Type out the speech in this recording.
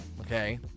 Okay